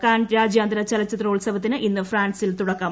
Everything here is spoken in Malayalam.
കാൻ രാജ്യാന്ത്ര ചലച്ചിത്രോത്സവത്തിന് ഇന്ന് ഫ്രാൻസിൽ തുടക്കം